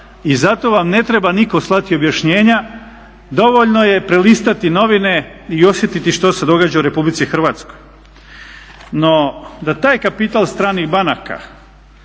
i zato vam ne treba nitko slati objašnjenja. Dovoljno je prelistati novine i osjetiti što se događa u RH. No da taj kapital stranih banaka